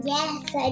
Yes